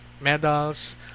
medals